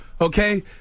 okay